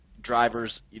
drivers